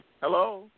Hello